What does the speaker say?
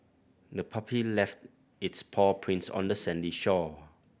the puppy left its paw prints on the sandy shore